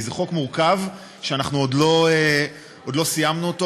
כי זה חוק מורכב ועוד לא סיימנו אותו.